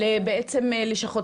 בעצם, ללשכות